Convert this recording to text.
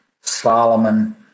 Solomon